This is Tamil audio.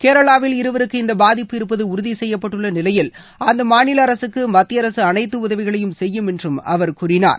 கேரளாவில் இருவருக்கு இந்த பாதிப்பு இருப்பது உறுதி செய்யப்பட்டுள்ள நிலையில் அந்த மாநில அரசுக்கு மத்திய அரசு அனைத்து உதவிகளையும் வழங்கும் என்று அவர் கூறினார்